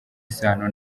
isano